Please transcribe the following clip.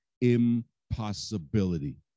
impossibility